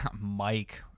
Mike